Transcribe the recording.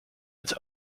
its